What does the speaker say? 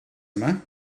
yma